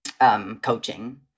coaching